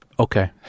Okay